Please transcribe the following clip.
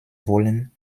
wollen